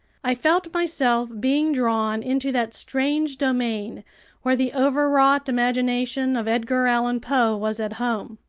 i felt myself being drawn into that strange domain where the overwrought imagination of edgar allan poe was at home.